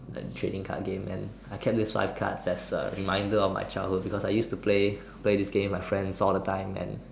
like trading card game and I kept this five cards as a reminder of my childhood because I used to play play this game with my friends all the time and